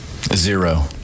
Zero